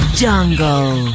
jungle